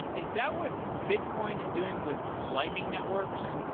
is that what bitcoin is doing with lightning networks?